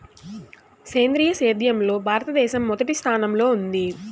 సేంద్రీయ సేద్యంలో భారతదేశం మొదటి స్థానంలో ఉంది